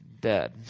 dead